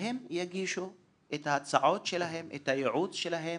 שהם יגישו את ההצעות שלהם, את הייעוץ שלהם